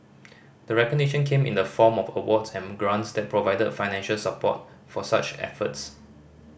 the recognition came in the form of awards and grants that provide financial support for such efforts